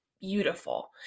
beautiful